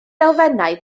elfennau